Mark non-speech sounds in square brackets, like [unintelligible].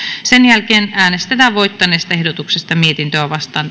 sen jälkeen äänestetään voittaneesta ehdotuksesta mietintöä vastaan [unintelligible]